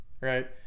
right